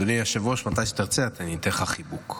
אדוני היושב-ראש, מתי שתרצה אני אתן לך חיבוק.